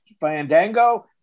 Fandango